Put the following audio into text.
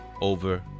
over